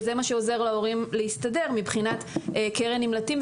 וזה מה שעוזר להורים להסתדר מבחינת קרן נמלטים,